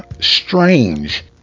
strange